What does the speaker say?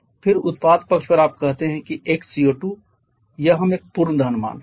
फिर उत्पाद पक्ष पर आप कहते हैं कि x CO2 यह हम एक पूर्ण दहन मान रहे हैं